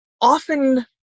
often